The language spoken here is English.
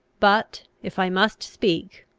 but, if i must speak,